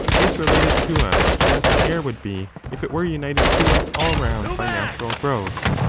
is related to us as the air would be if it were united to us all round by natural growth.